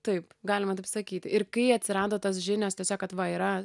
taip galima taip sakyti ir kai atsirado tos žinios tiesiog kad va yra